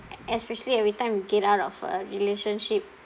especially every time we get out of a relationship